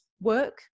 work